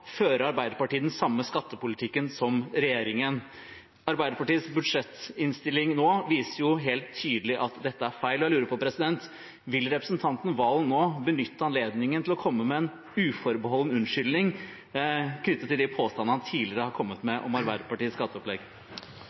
fører Arbeiderpartiet den samme skattepolitikken som regjeringen. Arbeiderpartiets budsjettinnstilling nå viser helt tydelig at dette er feil. Jeg lurer på: Vil representanten Serigstad Valen nå benytte anledningen til å komme med en uforbeholden unnskyldning knyttet til de påstandene han tidligere har kommet med om Arbeiderpartiets skatteopplegg?